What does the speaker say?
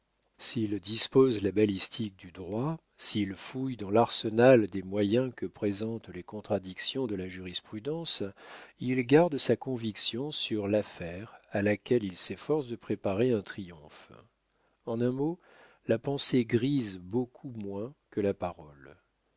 s'il dispose la balistique du droit s'il fouille dans l'arsenal des moyens que présentent les contradictions de la jurisprudence il garde sa conviction sur l'affaire à laquelle il s'efforce de préparer un triomphe en un mot la pensée grise beaucoup moins que la parole